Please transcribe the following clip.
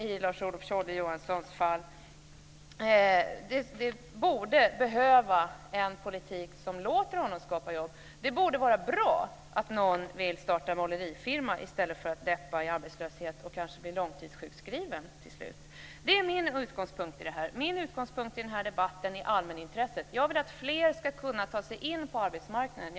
I Lars-Olof "Tjolle" Johanssons fall skulle det behövas en politik som låter honom skapa jobb. Det borde vara bra att någon vill starta målerifirma i stället för att deppa i arbetslöshet och kanske bli långtidssjukskriven till slut. Det är min utgångspunkt i detta. Min utgångspunkt i denna debatt är allmänintresset. Jag vill att fler ska kunna ta sig in på arbetsmarknaden.